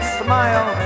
smile